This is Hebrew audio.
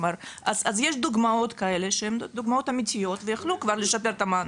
אז יש דוגמות כאלה שהן אמיתיות ויכלו כבר לשפר את המענה.